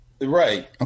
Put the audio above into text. Right